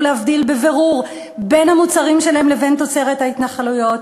להבדיל בבירור בין המוצרים שלהם לבין תוצרת ההתנחלויות.